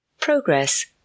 Progress